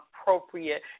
appropriate